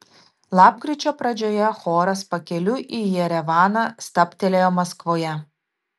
lapkričio pradžioje choras pakeliui į jerevaną stabtelėjo maskvoje